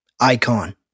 icon